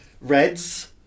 Reds